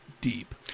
deep